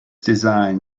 design